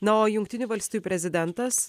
na o jungtinių valstijų prezidentas